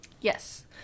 yes